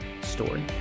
story